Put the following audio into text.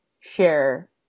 share